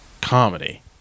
comedy